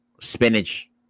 spinach